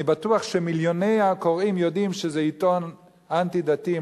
אני בטוח שמיליוני הקוראים יודעים שזה עיתון אנטי-דתי,